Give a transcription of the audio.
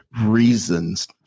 reasons